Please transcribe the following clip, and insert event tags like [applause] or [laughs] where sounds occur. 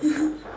[laughs]